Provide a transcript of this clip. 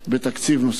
בתקציב נוסף.